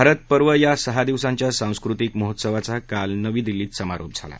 भारत पर्व या सहा दिवसांच्या सांस्कृतिक महोत्सवाचं काल नवी दिल्लीत समारोप झाला